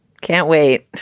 can't wait,